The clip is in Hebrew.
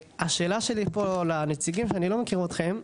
השאלה שלי פה לנציגים שאני לא מכיר אותכם,